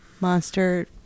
monster